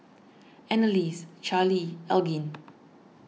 Anneliese Charlee Elgin